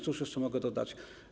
Co jeszcze mogę dodać?